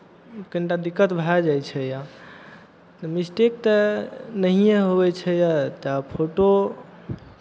कनि टा दिक्कत भए जाइ छै मिस्टेक तऽ नहिए होइ छै तऽ फोटो